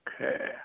Okay